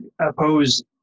oppose